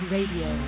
Radio